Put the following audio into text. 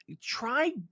try